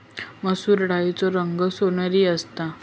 मसुर डाळीचो रंग सोनेरी असता